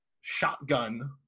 shotgun